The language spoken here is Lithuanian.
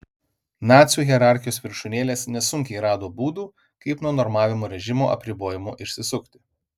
nacių hierarchijos viršūnėlės nesunkiai rado būdų kaip nuo normavimo režimo apribojimų išsisukti